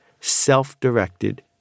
self-directed